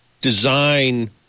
design